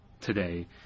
today